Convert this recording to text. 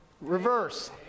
Reverse